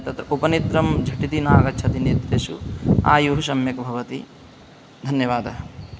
तत् उपनेत्रं झटिति नागच्छति नेत्रेषु आयुः सम्यक् भवति धन्यवादः